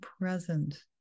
present